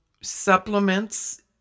supplements